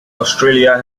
australia